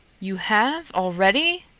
you have already?